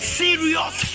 serious